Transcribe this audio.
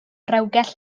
rewgell